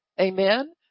amen